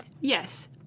Yes